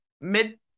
mid